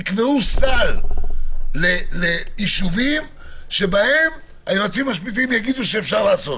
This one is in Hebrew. תקבעו סל לישובים בהם היועצים המשפטיים יאמרו שאפשר לעשות